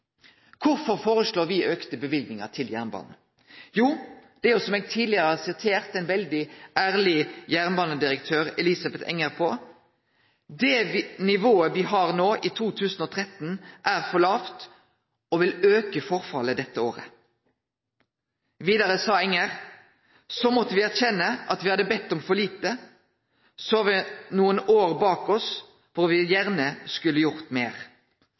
Kvifor foreslår me auka løyvingar til jernbanen? Jo, det er som eg tidlegare har sitert ein veldig ærleg jernbanedirektør, Elisabeth Enger, på: «Det nivået vi har nå i 2013 er for lavt og vil øke forfallet dette året.» Videre sa Enger: «Så måtte vi erkjenne at vi hadde bedt om for lite. Så vi har noen år bak oss nå hvor vi gjerne skulle ha gjort